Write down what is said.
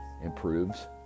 improves